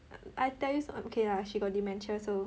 I tell you so~ okay lah she got dementia so